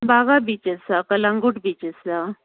Baga beach आसा Calangute beach आसा